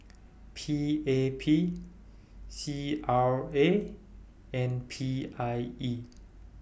P A P C R A and P I E